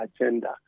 agenda